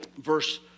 verse